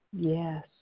Yes